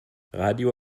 radio